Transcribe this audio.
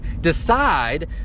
Decide